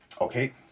okay